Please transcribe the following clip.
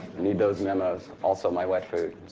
need those memos. also my wet food.